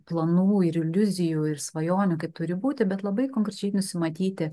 planų ir iliuzijų ir svajonių kaip turi būti bet labai konkrečiai nusimatyti